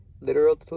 literal